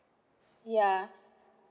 ya